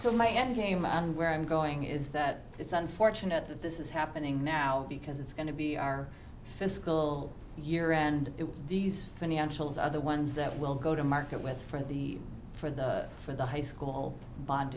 so my end game on where i'm going is that it's unfortunate that this is happening now because it's going to be our fiscal year and these financials are the ones that will go to market with for the for the for the high school bond